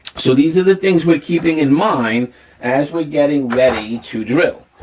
so these are the things we're keeping in mind as we're getting ready to drill.